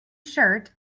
shirt